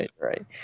right